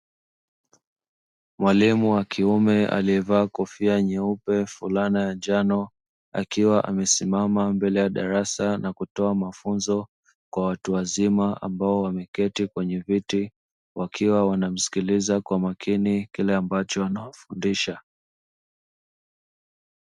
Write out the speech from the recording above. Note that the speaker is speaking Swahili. Mwalimu wa kiume anayevaa kofia nyeupe, fulana ya njano akiwa amesimama mbele ya darasa na kutoa mafunzo kwa watu wazima, ambao wameketi kwenye viti wakiwa wanamsikiliza kwa makini kile ambacho wanafundisha.